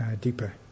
deeper